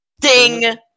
ding